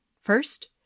First